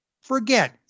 Forget